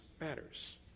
matters